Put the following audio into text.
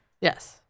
yes